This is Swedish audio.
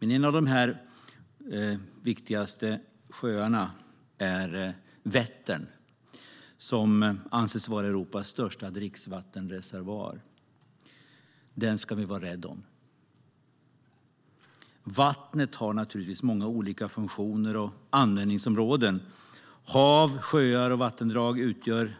En av de viktigaste sjöarna är Vättern, som anses vara Europas största dricksvattenreservoar. Den ska vi vara rädda om. Vattnet har naturligtvis många olika funktioner och användningsområden. Hav, sjöar och vattendrag utgör